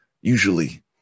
Usually